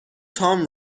tom